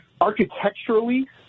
architecturally